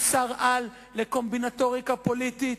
הוא שר-על לקומבינטוריקה פוליטית,